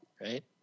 right